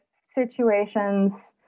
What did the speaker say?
situations